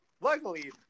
luckily